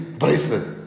Bracelet